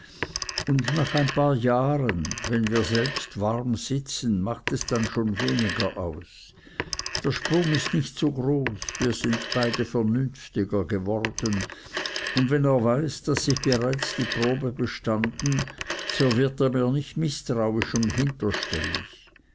und nach ein paar jahren wenn wir selbst warm sitzen macht es dann schon weniger aus der sprung ist nicht so groß wir sind beide vernünftiger geworden und wenn er weiß daß ich bereits die probe bestanden so wird er mir nicht mißtrauisch und